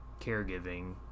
caregiving